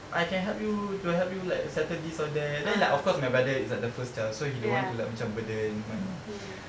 I can help you to help you like settle this or that then like of course my brother is like the first child so he don't want to like macam burden my mum